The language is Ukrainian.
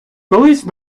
колись